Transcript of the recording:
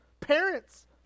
Parents